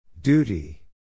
Duty